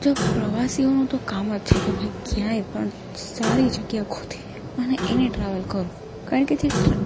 જો પ્રવાસીઓનું તો કામ જ છે કે ભાઈ ક્યાંય પણ સારી જગ્યા શોધીએ અને એને ટ્રાવેલ કરવું કારણ કે તેથી